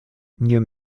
new